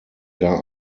gar